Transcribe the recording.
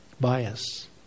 bias